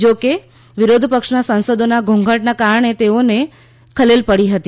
જો કે વિરોધ પક્ષના સાંસદોના ઘોંઘાટના કારણે તેઓને ખલેલ પડી હતી